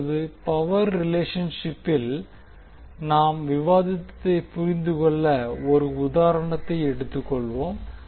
இப்போது பவர் ரிலேஷன்ஷிப்பில் நாம் விவாதித்ததைப் புரிந்துகொள்ள ஒரு உதாரணத்தை எடுத்துக் கொள்வோம்